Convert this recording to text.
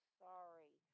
sorry